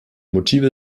motive